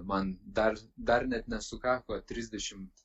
man dar dar net nesukako trisdešimt